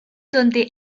donde